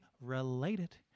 related